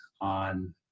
on